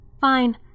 Fine